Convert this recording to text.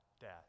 death